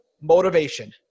motivation